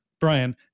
Brian